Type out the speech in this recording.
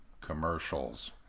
commercials